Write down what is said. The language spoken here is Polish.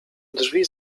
drzwi